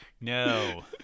no